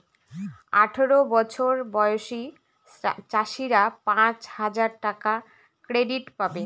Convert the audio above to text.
আঠারো বছর বয়সী চাষীরা পাঁচ হাজার টাকার ক্রেডিট পাবে